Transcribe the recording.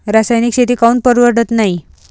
रासायनिक शेती काऊन परवडत नाई?